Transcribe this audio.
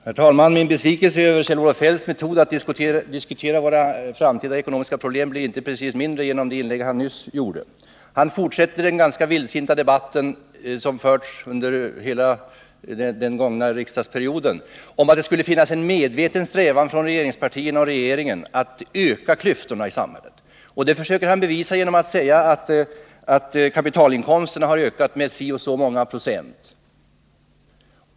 Herr talman! Min besvikelse över Kjell-Olof Feldts metod att diskutera våra framtida ekonomiska problem blir inte precis mindre efter det inlägg som han nyss gjorde. Kjell-Olof Feldt fortsätter den ganska vildsinta debatt som förts under hela den gångna riksmötesperioden om att det hos regeringspartierna och regeringen skulle finnas en medveten strävan att öka klyftorna i samhället. Det försöker han bevisa genom att säga att kapitalinkomsterna har ökat med si och så många procent.